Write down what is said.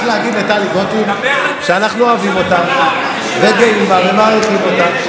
רק להגיד לטלי גוטליב, מיקי, דבר לכנסת.